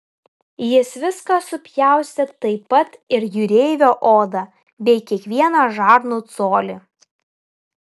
jis viską supjaustė taip pat ir jūreivio odą bei kiekvieną žarnų colį